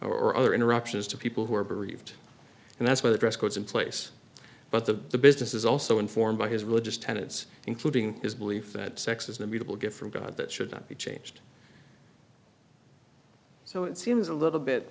or other interruptions to people who are bereaved and that's why the dress codes in place but the business is also informed by his religious tenets including his belief that sex is an immutable gift from god that should not be changed so it seems a little bit